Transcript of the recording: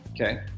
okay